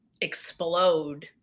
explode